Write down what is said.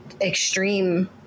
extreme